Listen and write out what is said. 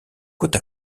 côte